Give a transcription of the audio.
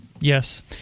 Yes